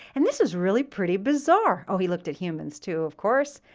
and this is really pretty bizarre. oh, he looked at humans, too, of course,